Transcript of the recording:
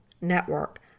network